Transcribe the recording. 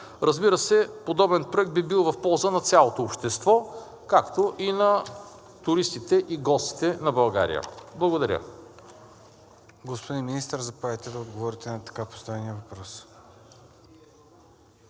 Разбира се, подобен проект би бил в полза на цялото общество, както и на туристите и гостите на България. Благодаря. ПРЕДСЕДАТЕЛ ЦОНЧО ГАНЕВ: Господин Министър, заповядайте да отговорите на така поставения въпрос.